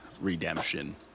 redemption